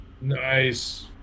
Nice